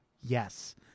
yes